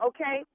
Okay